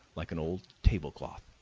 like an old tablecloth.